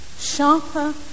sharper